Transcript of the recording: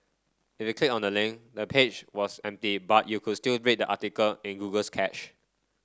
if you click on the link the page was empty but you could still read the article in Google's cache